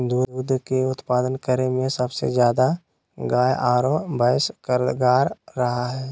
दूध के उत्पादन करे में सबसे ज्यादा गाय आरो भैंस कारगार रहा हइ